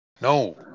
no